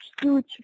huge